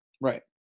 Right